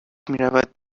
میرود